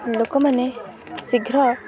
ଲୋକମାନେ ଶୀଘ୍ର